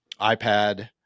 iPad